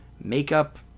makeup